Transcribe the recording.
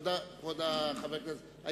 אני